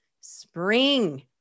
spring